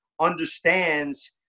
understands